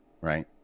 right